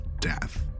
death